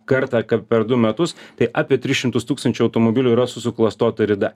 kartą per du metus tai apie tris šimtus tūkstančių automobilių yra su suklastota rida